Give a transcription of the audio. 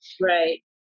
right